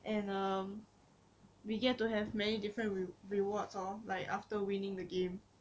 and um we get to have many different rewards lor like after winning the game